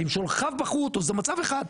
ואם שולחנות בחרו אותו זה מצב אחד,